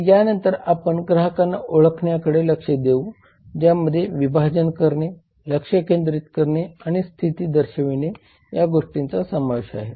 तर यानंतर आपण ग्राहकांना ओळखण्याकडे लक्ष देऊ ज्या मध्ये विभाजन करणे लक्ष केंद्रित करणे आणि स्थिती दर्शविणे या गोष्टींचा समावेश आहे